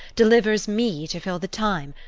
delivers me to fill the time,